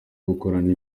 gukorana